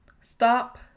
stop